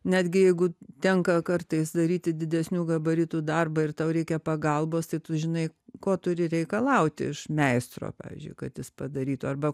netgi jeigu tenka kartais daryti didesnių gabaritų darbą ir tau reikia pagalbos tai tu žinai ko turi reikalauti iš meistro pavyzdžiui kad jis padarytų arba